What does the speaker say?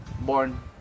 born